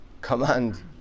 command